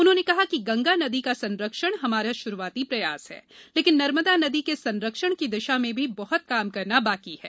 उन्होंने कहा कि गंगा नदी का संरक्षण हमारा शुरूआती प्रयास है लेकिन नर्मदा नदी के संरक्षण की दिशा में भी बहुत काम करना बाकी है